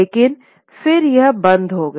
लेकिन फिर यह बंद हो गया